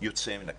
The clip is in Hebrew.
יוצא מן הכלל.